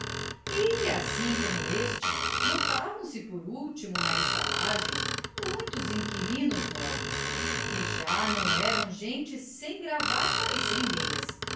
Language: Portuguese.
e assim como este notavam se por último na estalagem muitos inquilinos novos que já não eram gente sem gravata e sem meias